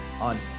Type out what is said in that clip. on